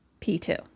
p2